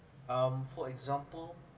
um for example